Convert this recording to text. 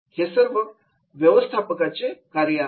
हे सर्व एका व्यवस्थापकाचे कार्य आहे